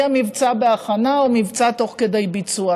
יהיה מבצע בהכנה או מבצע תוך כדי ביצוע,